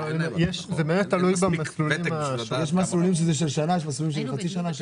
להם את המדיה שלהם, את העיתונות שלהם.